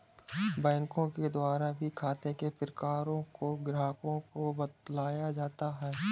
बैंकों के द्वारा भी खाते के प्रकारों को ग्राहकों को बतलाया जाता है